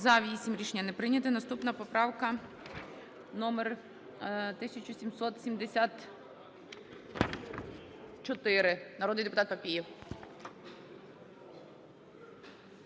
За-8 Рішення не прийнято. Наступна поправка номер 1774, народний депутат Папієв.